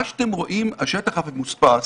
מה שאתם רואים, השטח המפוספס